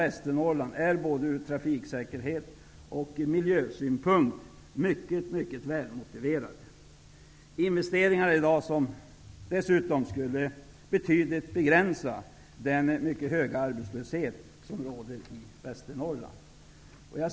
Västernorrland är både från trafiksäkerhet och miljösynpunkt mycket välmotiverad. Sådana investeringar skulle betydligt begränsa den mycket höga arbetslöshet som råder i Västernorrland.